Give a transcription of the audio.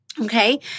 Okay